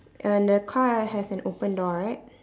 and the car has an open door right